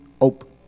open